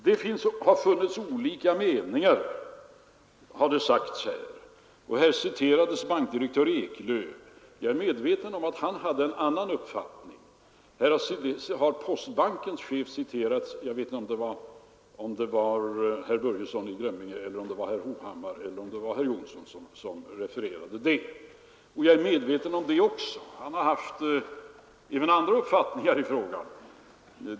Det har funnits olika meningar, har det sagts här. Bankdirektör Eklöf citerades. Jag är medveten om att han hade en annan uppfattning. Postbankens chef citerades. Jag vet inte om det var herr Börjesson i Glömminge, herr Hovhammar eller herr Jonsson i Alingsås som refererade vad han sagt. Jag är även medveten om att han har haft andra uppfattningar i frågan.